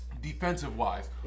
defensive-wise